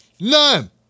None